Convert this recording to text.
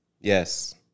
Yes